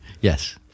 Yes